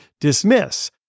dismiss